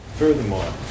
Furthermore